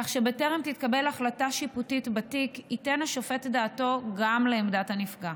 כך שבטרם תתקבל החלטה שיפוטית בתיק ייתן השופט דעתו גם לעמדת הנפגע.